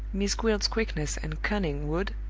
miss gwilt's quickness and cunning would,